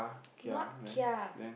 not kia